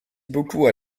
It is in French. beaucoup